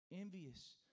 envious